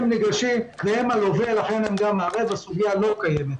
הם הלווה ולכן הסוגיה לא קיימת.